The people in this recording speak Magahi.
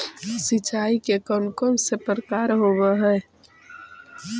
सिंचाई के कौन कौन से प्रकार होब्है?